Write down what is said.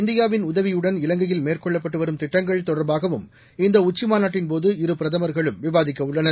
இந்தியாவின் உதவியுடன் இலங்கையில் மேற்கொள்ளப்பட்டு வரும் திட்டங்கள் தொடர்பாகவும் இந்த உச்சிமாநாட்டின்போது இரு பிரதமர்களும் விவாதிக்கவுள்ளனர்